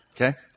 Okay